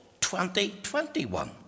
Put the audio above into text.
2021